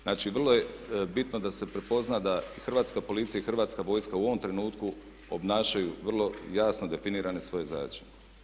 Znači vrlo je bitno da se prepozna da i Hrvatska policija i Hrvatska vojska u ovom trenutku obnašaju vrlo jasno definirane svoje zadaće.